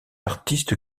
artiste